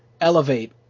elevate